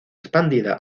expandida